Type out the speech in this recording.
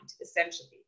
essentially